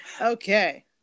Okay